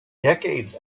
decades